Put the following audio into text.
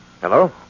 Hello